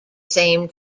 same